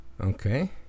Okay